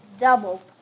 Double